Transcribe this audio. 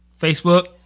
Facebook